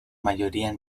mayoría